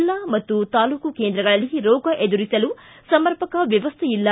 ಜಿಲ್ಲಾ ಮತ್ತು ತಾಲೂಕು ಕೇಂದ್ರಗಳಲ್ಲಿ ರೋಗ ಎದುರಿಸಲು ಸಮರ್ಪಕ ವ್ತವಸ್ಥೆ ಇಲ್ಲ